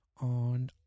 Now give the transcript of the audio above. on